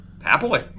happily